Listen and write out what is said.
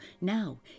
Now